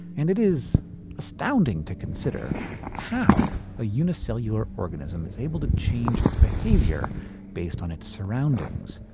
and it is astounding to consider how a unicellular organism is able to change its behavior based on its surroundings.